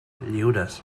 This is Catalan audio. lliures